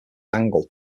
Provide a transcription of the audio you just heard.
angle